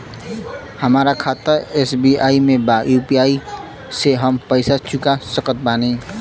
हमारा खाता एस.बी.आई में बा यू.पी.आई से हम पैसा चुका सकत बानी?